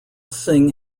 singh